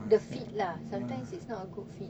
the fit lah sometimes it's not a good fit